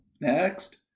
Next